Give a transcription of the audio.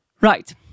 Right